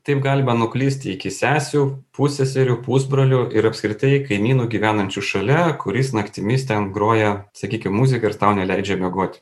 taip galima nuklysti iki sesių pusseserių pusbrolių ir apskritai kaimynų gyvenančių šalia kuris naktimis ten groja sakykim muziką ir tau neleidžia miegoti